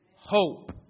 Hope